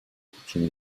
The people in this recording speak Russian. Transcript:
причины